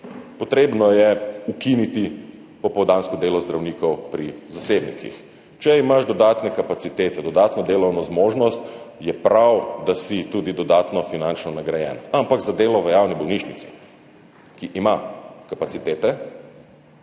potrebno je ukiniti popoldansko delo zdravnikov pri zasebnikih. Če imaš dodatne kapacitete, dodatno delovno zmožnost, je prav, da si tudi dodatno finančno nagrajen, ampak za delo v javni bolnišnici, ki ima kapacitete